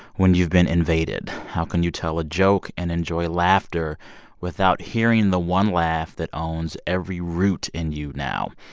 when you've been invaded? how can you tell a joke and enjoy laughter without hearing the one laugh that owns every route in you now?